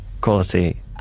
quality